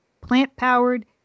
plant-powered